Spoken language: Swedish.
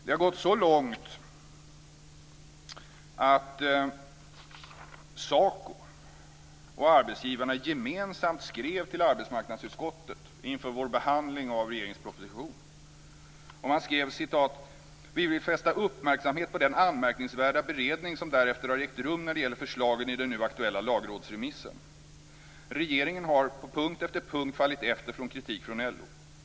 Det har gått så långt att SACO och arbetsgivarna gemensamt skrev till arbetsmarknadsutskottet inför vår behandling av regeringens proposition. Man skrev: "Vi vill fästa uppmärksamhet på den anmärkningsvärda beredning som därefter har ägt rum när det gäller förslagen i den nu aktuella lagrådsremissen. Regeringen har på punkt efter punkt fallit efter från kritik från LO.